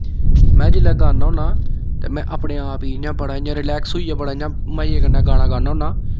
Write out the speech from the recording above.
में जिसलै गान्ना होन्ना ते में अपने आप गी इ'यां बड़ा इ'यां रिलैक्स होइयै बड़ा इ'यां मजे कन्नै गाना गान्ना होन्ना